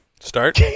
Start